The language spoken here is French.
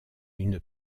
une